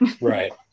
Right